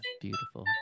beautiful